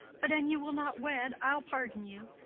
but, an you will not wed, i'll pardon you.